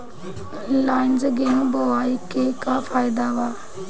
Line से गेहूं बोआई के का फायदा बा?